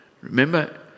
Remember